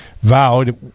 vowed